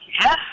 Yes